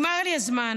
נגמר לי הזמן.